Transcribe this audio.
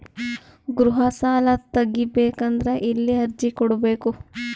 ಗೃಹ ಸಾಲಾ ತಗಿ ಬೇಕಾದರ ಎಲ್ಲಿ ಅರ್ಜಿ ಕೊಡಬೇಕು?